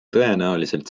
tõenäoliselt